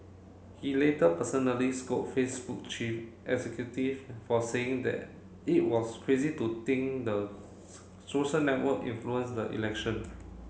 he later personally scold Facebook chief executive for saying that it was crazy to think the social network influenced the election